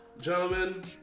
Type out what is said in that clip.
gentlemen